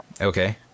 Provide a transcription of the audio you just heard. Okay